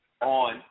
on